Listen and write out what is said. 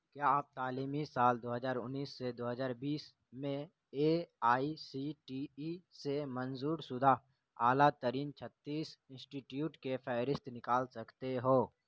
کیا آپ تعلیمی سال دو ہزار انیس سے دو ہزار بیس میں A I C T E سے منظور شدہ اعلی ترین چھتیس انسٹیٹیوٹ کے فہرست نکال سکتے ہو